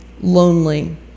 lonely